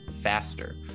faster